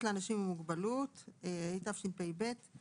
בוקר טוב.